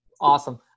awesome